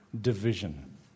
division